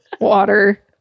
water